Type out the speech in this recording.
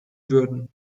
würden